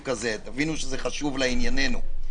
תבינו שזה חשוב לענייננו,